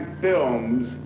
films